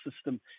system